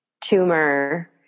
tumor